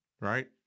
right